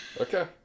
Okay